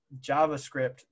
JavaScript